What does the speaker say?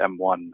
M1